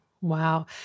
Wow